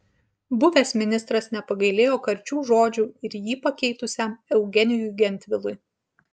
buvęs ministras nepagailėjo karčių žodžių ir jį pakeitusiam eugenijui gentvilui